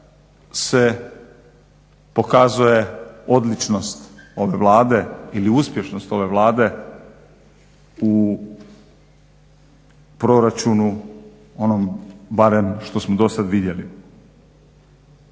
se pokazuje odličnost od Vlade ili uspješnost ove Vlade u proračunu, onom barem što smo do sad vidjeli.